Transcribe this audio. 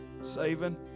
Saving